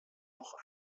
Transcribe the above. noch